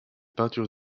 peintures